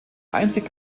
einzige